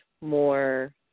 more